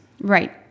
Right